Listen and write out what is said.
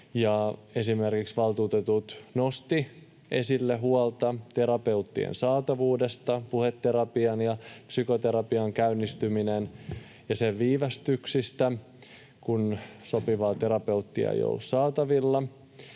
Valtuutetut nostivat esille huolta esimerkiksi terapeuttien saatavuudesta, puheterapian ja psykoterapian käynnistymisen viivästyksistä, kun sopivaa terapeuttia ei ole ollut saatavilla.